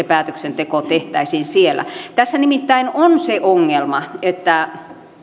päätöksenteko tehtäisiin siellä tässä nimittäin on se ongelma että